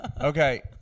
Okay